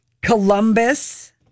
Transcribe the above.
Columbus